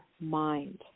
mind